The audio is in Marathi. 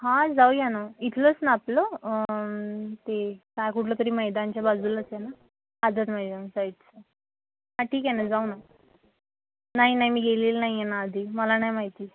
हां जाऊ या नं इथलंच नं आपलं ते काय कुठलं तरी मैदानाच्या बाजूलाच आहे नं आझाद मैदान साईड हां ठीक आहे नं जाऊ नं नाही नाही मी गेलेले नाही आहे ना आधी मला नाही माहिती